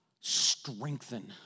strengthen